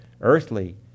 earthly